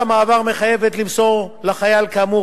הוראת המעבר מחייבת למסור לחייל כאמור